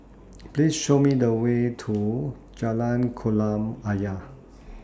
Please Show Me The Way to Jalan Kolam Ayer